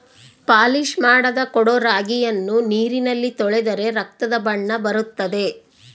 polish ಮಾಡದ ಕೊಡೊ ರಾಗಿಯನ್ನು ನೀರಿನಲ್ಲಿ ತೊಳೆದರೆ ರಕ್ತದ ಬಣ್ಣ ಬರುತ್ತದೆ